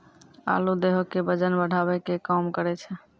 आलू देहो के बजन बढ़ावै के काम करै छै